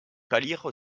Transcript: pâlir